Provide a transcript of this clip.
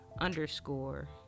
underscore